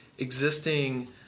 existing